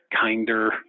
kinder